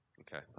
Okay